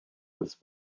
was